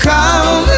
Come